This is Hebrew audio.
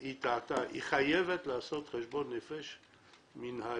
היא טעתה, היא חייבת לעשות חשבון נפש מינהלי,